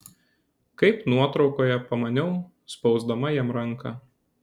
kaip nuotraukoje pamaniau spausdama jam ranką